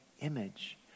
image